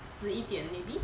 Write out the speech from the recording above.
十一点 maybe